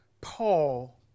Paul